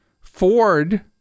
Ford